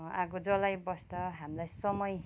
आगो जलाइबस्दा हामीलाई समय